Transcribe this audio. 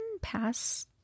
pass